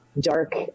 dark